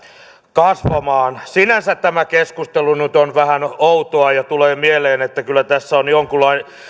kasvamaan sinänsä tämä keskustelu nyt on vähän outoa ja tulee mieleen että kyllä tässä on jonkinlainen